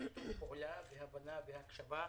בשיתוף פעולה, בהבנה ובהקשבה.